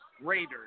Raiders